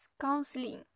counseling